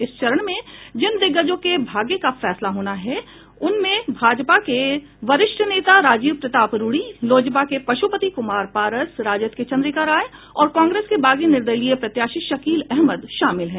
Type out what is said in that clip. इस चरण में जिन दिग्गजों के भाग्य का फैसला होना है उनमें भाजपा के वरिष्ठ नेता राजीव प्रताप रूढ़ी लोजपा के पश्पति कुमार पारस राजद के चंद्रिका राय और कांग्रेस के बागी निर्दलीय प्रत्याशी शकील अहमद शामिल हैं